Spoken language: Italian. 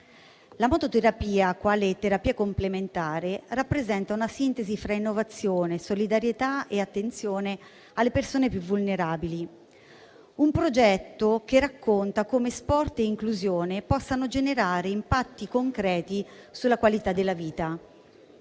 La mototerapia quale terapia complementare rappresenta una sintesi fra innovazione, solidarietà e attenzione alle persone più vulnerabili; un progetto che racconta come sport e inclusione possano generare impatti concreti sulla qualità della vita.